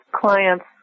clients